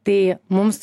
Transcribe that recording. tai mums